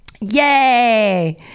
Yay